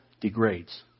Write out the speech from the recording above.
degrades